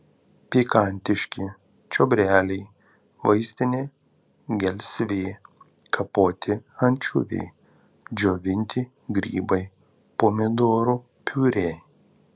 pikantiški čiobreliai vaistinė gelsvė kapoti ančiuviai džiovinti grybai pomidorų piurė